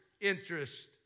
Interest